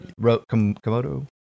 Komodo